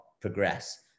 progress